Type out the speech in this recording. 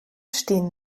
stehen